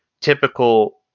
typical